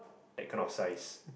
that kind of size